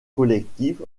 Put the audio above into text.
collective